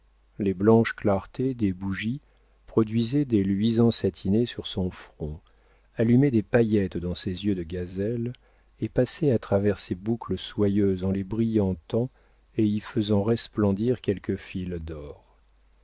les blanches clartés des bougies produisaient des luisants satinés sur son front allumaient des paillettes dans ses yeux de gazelle et passaient à travers ses boucles soyeuses en les brillantant et y faisant resplendir quelques fils d'or